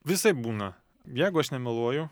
visaip būna jeigu aš nemeluoju